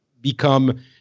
become